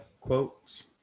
quotes